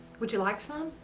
would you like some? um